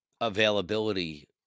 availability